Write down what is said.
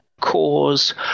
cause